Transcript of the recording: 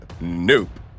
Nope